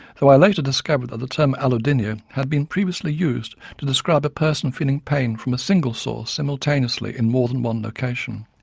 though i later discovered that the term allodynia had been previously used to describe a person feeling pain from a single source simultaneously in more than one location.